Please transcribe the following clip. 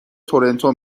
تورنتو